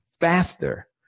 faster